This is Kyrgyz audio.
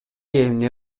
эмне